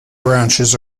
branches